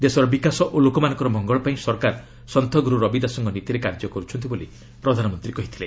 ଦେଶର ବିକାଶ ଓ ଲୋକମାନଙ୍କର ମଙ୍ଗଳ ପାଇଁ ସରକାର ସନ୍ତ ଗୁରୁ ରବି ଦାସଙ୍କ ନୀତିରେ କାର୍ଯ୍ୟ କରୁଛନ୍ତି ବୋଲି ପ୍ରଧାନମନ୍ତ୍ରୀ କହିଥିଲେ